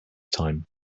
time